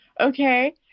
okay